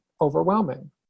overwhelming